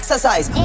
Exercise